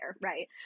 right